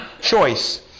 Choice